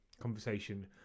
conversation